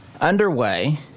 underway